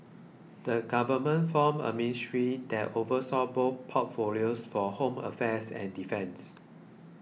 the government formed a ministry that oversaw both portfolios for home affairs and defence